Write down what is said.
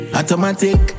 automatic